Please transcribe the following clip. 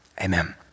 amen